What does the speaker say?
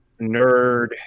nerd